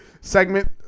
segment